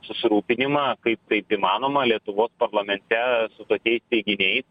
susirūpinimą kaip taip įmanoma lietuvos parlamente tokiais teiginiais